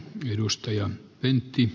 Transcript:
arvoisa puhemies